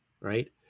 right